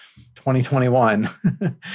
2021